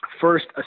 First